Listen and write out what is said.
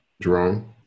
Jerome